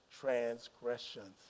transgressions